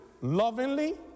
lovingly